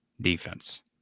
defense